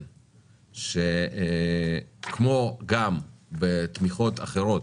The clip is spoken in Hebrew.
שכמו גם בתמיכות אחרות,